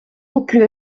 aucune